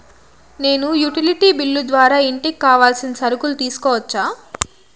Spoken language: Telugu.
నేను యుటిలిటీ బిల్లు ద్వారా ఇంటికి కావాల్సిన సరుకులు తీసుకోవచ్చా?